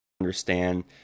understand